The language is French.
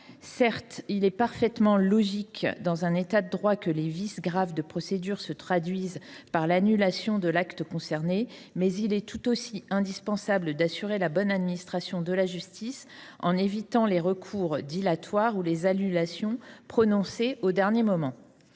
Certes, il est parfaitement logique dans un État de droit que les vices graves de procédure se traduisent par l’annulation de l’acte concerné, mais il est tout aussi indispensable d’assurer la bonne administration de la justice en évitant les recours dilatoires ou les annulations prononcées au dernier moment.